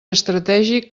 estratègic